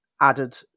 added